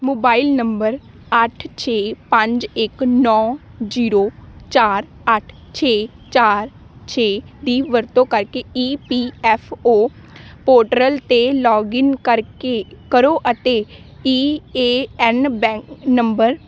mobile number ਅੱਠ ਛੇ ਪੰਜ ਇੱਕ ਨੌਂ ਜ਼ੀਰੋ ਚਾਰ ਅੱਠ ਛੇ ਚਾਰ ਛੇ ਦੀ ਵਰਤੋਂ ਕਰਕੇ E P F O portal 'ਤੇ ਲੌਗਇਨ ਕਰਕੇ ਕਰੋ ਅਤੇ ਈ ਏ ਐਨ ਬੈਂ ਨੰਬਰ